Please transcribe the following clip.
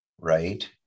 right